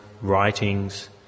writings